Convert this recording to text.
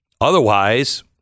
Otherwise